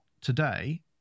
today